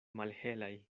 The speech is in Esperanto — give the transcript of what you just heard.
malhelaj